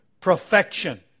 perfection